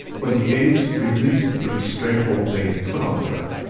when the aides released the restraint hold they had put on her,